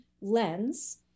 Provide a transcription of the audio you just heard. lens